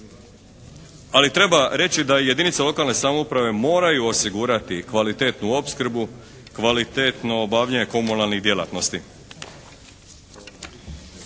Ali treba reći da jedinice lokalne samouprave moraju osigurati kvalitetnu opskrbu, kvalitetno obavljanje komunalnih djelatnosti.